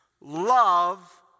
love